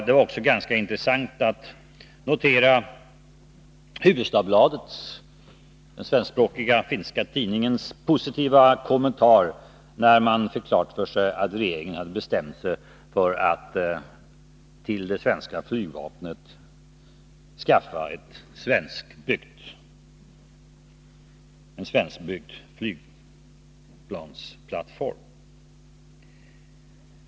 Det var också ganska intressant att notera Hufvudstadsbladets, den svenskspråkiga finska tidningens, positiva kommentar, när den fick klart för sig att regeringen hade bestämt sig för att till det svenska flygvapnet skaffa en svenskbyggd flygplansplattform.